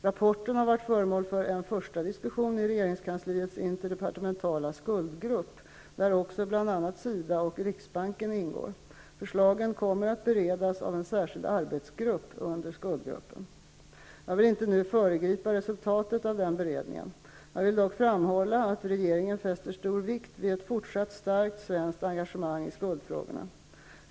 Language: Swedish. Rapporten har varit föremål för en första diskussion i regeringskansliets interdepartementala skuldgrupp, där också bl.a. SIDA och riksbanken ingår. Förslagen kommer att beredas av en särskild arbetsgrupp under skuldgruppen. Jag vill inte nu föregripa resultatet av den beredningen. Jag vill dock framhålla att regeringen fäster stor vikt vid ett fortsatt starkt, svenskt engagemang i skuldfrågorna.